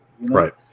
Right